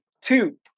two